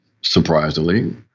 surprisingly